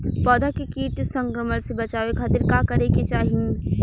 पौधा के कीट संक्रमण से बचावे खातिर का करे के चाहीं?